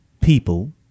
people